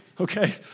Okay